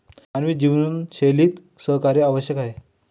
मानवी जीवनशैलीत सहकार्य आवश्यक आहे